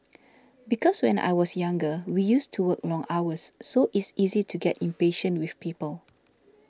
because when I was younger we used to work long hours so it's easy to get impatient with people